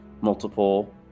multiple